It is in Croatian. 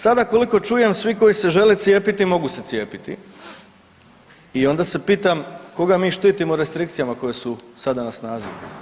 Sada koliko čujem svi koji se žele cijepiti mogu se cijepiti i onda se pitam koga mi štitimo restrikcijama koje su sada na snazi?